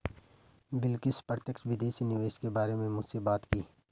बिलकिश प्रत्यक्ष विदेशी निवेश के बारे में मुझसे बात की